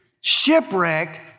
shipwrecked